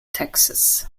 texas